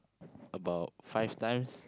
about five times